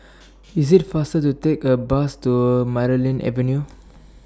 IS IT faster The Take A Bus to Marlene Avenue